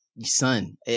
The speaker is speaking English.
son